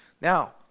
Now